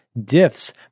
diffs